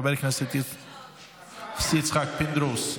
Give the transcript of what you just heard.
חבר הכנסת יצחק פינדרוס,